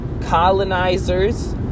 colonizers